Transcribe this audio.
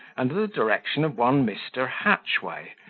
under the direction of one mr. hatchway,